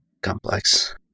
complex